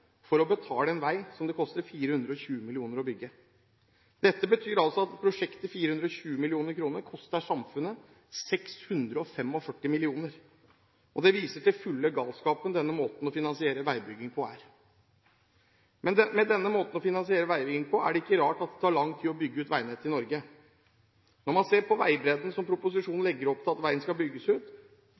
for å betale en vei som det koster 420 mill. kr å bygge. Dette betyr altså at et prosjekt til 420 mill. kr koster samfunnet 645 mill. kr. Det viser til fulle galskapen denne måten å finansiere veibygging på er. Med denne måten å finansiere veibygging på er det ikke rart at det tar lang tid å bygge ut veinettet i Norge. Når man ser på utbyggingen av veibredden som proposisjonen legger opp til at veien skal bygges ut